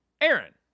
Aaron